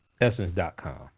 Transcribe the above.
Essence.com